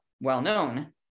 well-known